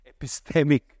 epistemic